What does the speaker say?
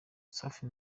safi